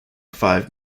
five